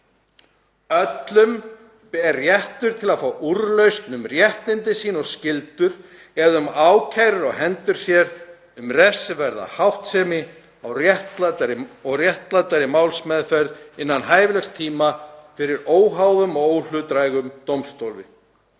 „Öllum ber réttur til að fá úrlausn um réttindi sín og skyldur eða um ákæru á hendur sér um refsiverða háttsemi með réttlátri málsmeðferð innan hæfilegs tíma fyrir óháðum og óhlutdrægum dómstóli.“